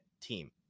team